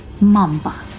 mamba